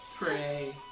Pray